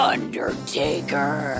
Undertaker